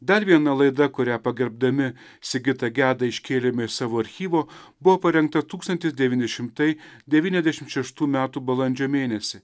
dar viena laida kurią pagerbdami sigitą gedą iškėlėme savo archyvo buvo parengta tūkstantis devyni šimtai devyniasdešimt šeštų metų balandžio mėnesį